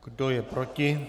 Kdo je proti?